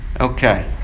Okay